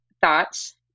thoughts